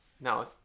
No